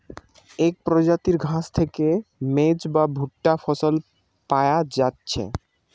এক প্রজাতির ঘাস থিকে মেজ বা ভুট্টা ফসল পায়া যাচ্ছে